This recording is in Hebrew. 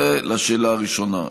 זה, לשאלה הראשונה.